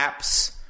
apps